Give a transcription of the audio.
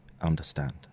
understand